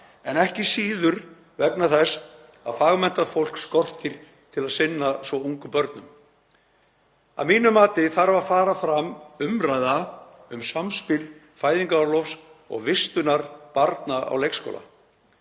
en ekki síður vegna þess að fagmenntað fólk skortir til að sinna svo ungum börnum. Að mínu mati þarf að fara fram umræða um samspil fæðingarorlofs og vistunar barna á leikskóla.